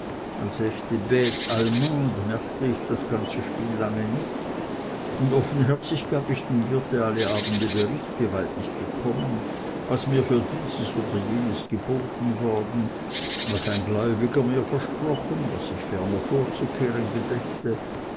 merkte ich das ganze spiel lange nicht und offenherzig gab ich dem wirte alle abende bericht wie weit ich gekommen was mir für dieses oder jenes geboten worden was ein gläubiger mir versprochen was ich ferner vorzukehren gedächte